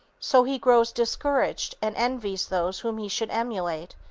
so he grows discouraged and envies those whom he should emulate,